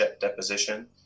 deposition